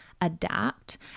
adapt